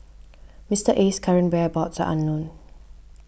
Mister Aye's current whereabouts unknown